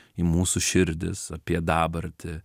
į mūsų širdis apie dabartį